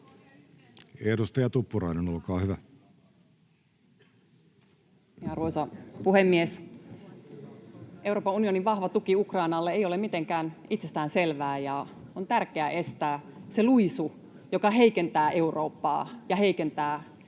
sd) Time: 16:14 Content: Arvoisa puhemies! Euroopan unionin vahva tuki Ukrainalle ei ole mitenkään itsestään selvää, ja on tärkeää estää se luisu, joka heikentää Eurooppaa ja heikentää tukeamme